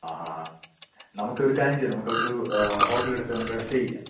അ ഹാ ഹാ നമുക്കൊരു കാര്യം ചെയ്യാം നമുക്കവിടൊരു ഹോട്ടല് എടുത്ത് നമുക്ക് സ്റ്റേ ചെയ്യാം